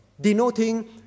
denoting